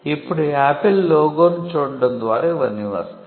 ఇప్పుడు ఆపిల్ లోగోను చూడటం ద్వారా ఇవన్నీ వస్తాయి